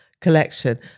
collection